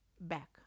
Back